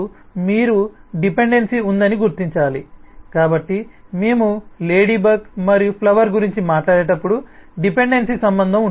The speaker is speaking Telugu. అప్పుడు మీరు డిపెండెన్సీ ఉందని గుర్తించాలి కాబట్టి మేము లేడీబగ్ మరియు ఫ్లవర్ గురించి మాట్లాడేటప్పుడు డిపెండెన్సీ సంబంధం ఉంటుంది